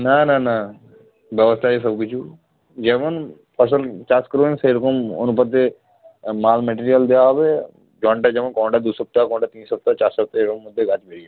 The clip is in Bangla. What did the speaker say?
না না না ব্যবস্তা আছে সব কিছু যেমন ফসল চাষ করবেন সেরকম অনুপাতে মাল মেটিরিয়াল দেওয়া হবে যেমনটা যেমন কোনোটা দু সপ্তাহ কোনোটা তিন সপ্তাহ চার সপ্তাহ এরম মধ্যে গাছ বেরিয়ে যাবে